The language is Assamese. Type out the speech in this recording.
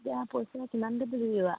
এতিয়া পইচা কিমানকে তুলিব